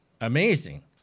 amazing